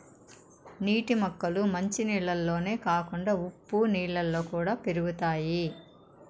నీటి మొక్కలు మంచి నీళ్ళల్లోనే కాకుండా ఉప్పు నీళ్ళలో కూడా పెరుగుతాయి